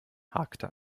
hakte